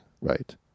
Right